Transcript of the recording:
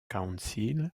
council